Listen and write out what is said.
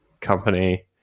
company